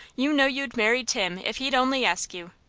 you know you'd marry tim if he'd only ask you.